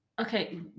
okay